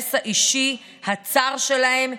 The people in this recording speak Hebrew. האינטרס האישי הצר שלהם,